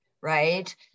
right